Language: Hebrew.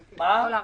על כל פנים,